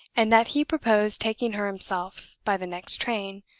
and that he proposed taking her himself, by the next train,